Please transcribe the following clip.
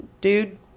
dude